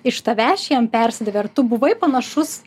iš tavęs čia jiem persidavė ar tu buvai panašus